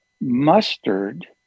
mustard